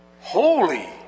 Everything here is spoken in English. holy